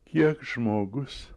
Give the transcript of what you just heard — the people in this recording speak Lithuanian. kiek žmogus